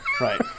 right